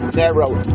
narrow